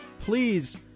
please